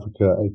Africa